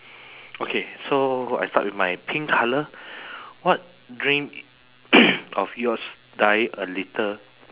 okay so I start with my pink colour what dream of yours die a little